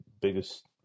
biggest